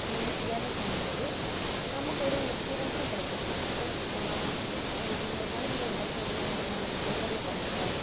அந்த news gather பண்ணும் போது நமக்கு ஒரு எக்ஸ்பீரியன்ஸும் கிடைக்கும் ஓம் ஓ நாம இன்றைக்கி இப்போது நம்ம இன்னொரு நாளைக்கு இது ஒரு படிக்கணும் அப்படின்னு இன்றைக்கி நம்ம இந்த பேப்பரில் படித்தோம்